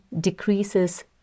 decreases